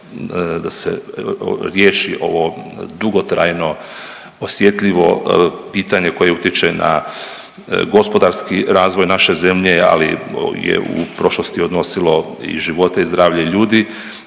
da se riješi ovo dugotrajno osjetljivo pitanje koje utječe na gospodarski razvoj naše zemlje, ali je u prošlosti odnosilo i živote i zdravlje ljudi